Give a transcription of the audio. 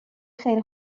خیلی